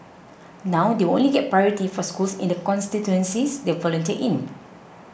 now they will only get priority for schools in the constituencies they volunteer in